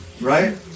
Right